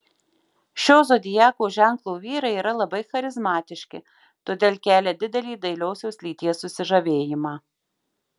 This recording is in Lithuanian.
šio zodiako ženklo vyrai yra labai charizmatiški todėl kelia didelį dailiosios lyties susižavėjimą